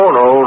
no